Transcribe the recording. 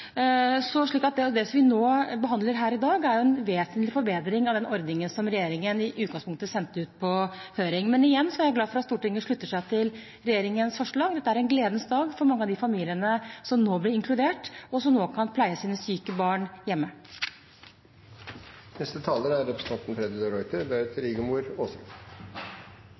sendte ut på høring. Men igjen – jeg er glad for at Stortinget slutter seg til regjeringens forslag. Dette er en gledens dag for mange av de familiene som nå blir inkludert, og som nå kan pleie sine syke barn hjemme. Det er ingen som helst tvil om at for de